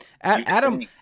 Adam